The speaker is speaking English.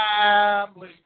family